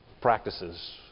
practices